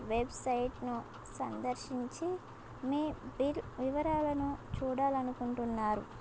వెబ్సైట్ను సందర్శించి మీ బిల్ వివరాలను చూడాలనుకుంటున్నారు